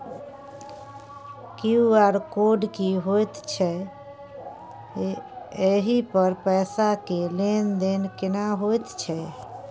QR code की होयत छै एहि पर पैसा के लेन देन केना होयत छै?